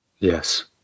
Yes